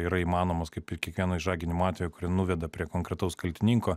yra įmanomos kaip ir kiekvieno išžaginimo atveju kuri nuveda prie konkretaus kaltininko